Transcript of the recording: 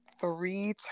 three